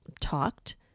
talked